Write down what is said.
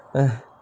eh